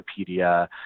Wikipedia